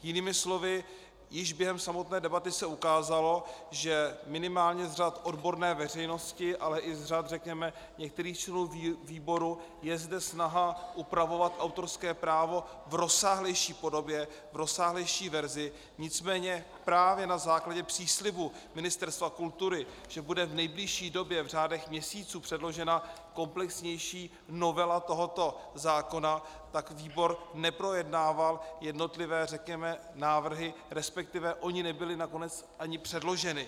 Jinými slovy, již během samotné debaty se ukázalo, že minimálně z řad odborné veřejnosti, ale i z řad některých členů výboru je zde snaha upravovat autorské právo v rozsáhlejší podobě, v rozsáhlejší verzi, nicméně právě na základě příslibu Ministerstva kultury, že bude v nejbližší době v řádech měsíců předložena komplexnější novela tohoto zákona, výbor neprojednával jednotlivé návrhy, resp. ony nebyly nakonec ani předloženy.